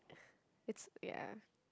it's yeah